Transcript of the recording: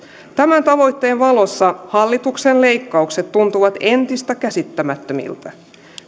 tämän tavoitteen valossa hallituksen leikkaukset tuntuvat entistä käsittämättömämmiltä